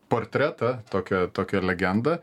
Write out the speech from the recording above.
portretą tokią tokią legendą